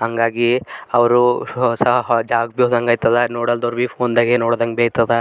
ಹಾಗಾಗಿ ಅವರು ಹೊಸ ಜಾಗ ಭಿ ಹೋದಂಗಾಗ್ತದ ನೋಡಲ್ದವ್ರು ಭಿ ಫೋನ್ದಾಗ ನೋಡ್ದಂಗೆ ಭಿ ಆಗ್ತದ